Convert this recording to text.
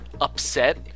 upset